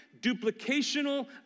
duplicational